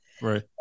Right